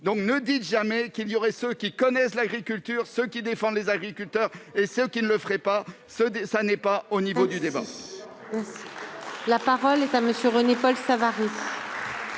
Ne dites pas qu'il y aurait ceux qui connaissent l'agriculture et qui défendent les agriculteurs et ceux qui ne le feraient pas. Ce n'est pas digne de ce débat.